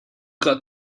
got